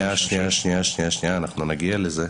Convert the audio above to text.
אנחנו נגיע לזה.